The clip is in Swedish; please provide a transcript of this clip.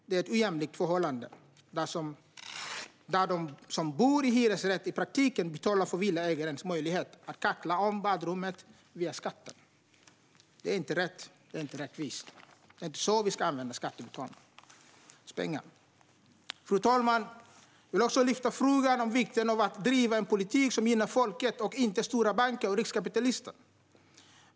Det är ett ojämlikt förhållande, där de som bor i hyresrätt i praktiken betalar för villaägares möjlighet att kakla om badrummet via skatten. Det är inte rätt. Det är inte rättvist. Det är inte så vi ska använda skattebetalarnas pengar. Fru talman! Jag vill också lyfta fram vikten av att driva en politik som gynnar folket och inte stora banker eller riskkapitalister.